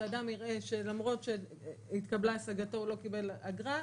ואם אדם יראה שלמרות שהתקבלה השגתו הוא לא קיבל אגרה,